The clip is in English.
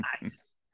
Nice